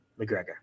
McGregor